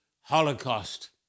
Holocaust